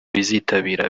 bizitabira